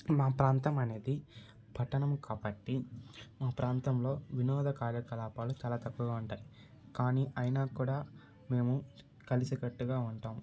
మా ప్రాంతం అనేది పట్టణం కాబట్టి మా ప్రాంతంలో వినోద కార్యకలాపాలు అనేటివి చాలా తక్కువగా ఉంటాయి కానీ అయినా కూడా మేము కలిసికట్టుగా ఉంటాము